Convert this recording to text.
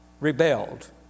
rebelled